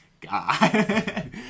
God